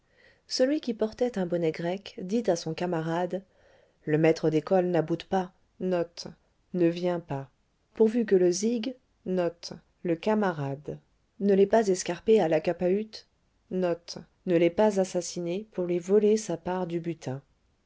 celui qui portait un bonnet grec dit à son camarade le maître d'école n'aboute pas pourvu que le zig ne l'ait pas escarpé à la capahut